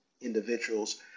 individuals